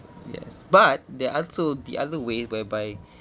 yes but there also the other way whereby